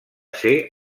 ser